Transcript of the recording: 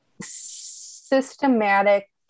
systematic